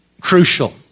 crucial